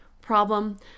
Problem